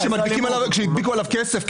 הדלת שהדביקו עליה קצף.